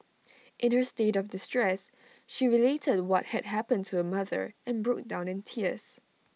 in her state of distress she related what had happened to her mother and broke down in tears